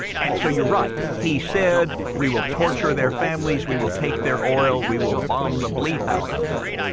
and so you're right. he said we will torture their families. we will take their oil. we will bomb the bleep out of them.